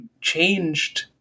changed